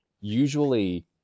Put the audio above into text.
Usually